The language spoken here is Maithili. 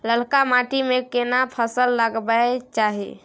ललका माटी में केना फसल लगाबै चाही?